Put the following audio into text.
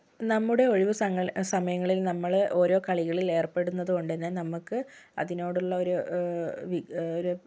നമ്മുടെ ഒഴിവു സമയങ്ങളിൽ നമ്മള് ഓരോ കളികളിൽ ഏർപ്പെടുന്നതുകൊണ്ടുതന്നെ നമുക്ക് അതിനോടുള്ളൊരു ഒരു